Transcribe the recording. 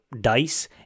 dice